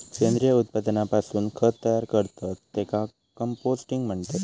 सेंद्रिय उत्पादनापासून खत तयार करतत त्येका कंपोस्टिंग म्हणतत